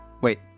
Wait